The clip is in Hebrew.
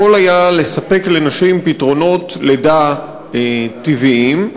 יכול היה לספק לנשים פתרונות לידה טבעיים,